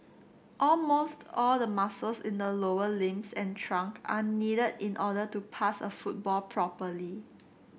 almost all the muscles in the lower limbs and trunk are needed in order to pass a football properly